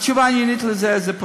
התשובה העניינית על זה,